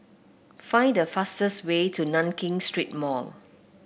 find the fastest way to Nankin Street Mall